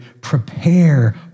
prepare